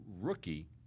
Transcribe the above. rookie